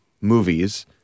movies